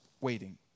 waiting